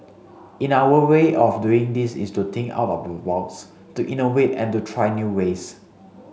in our way of doing this is to think out of the box to innovate and to try new ways